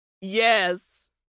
Yes